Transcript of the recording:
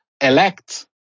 elect